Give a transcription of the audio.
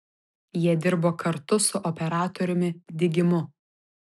jie dirbo kartu su operatoriumi digimu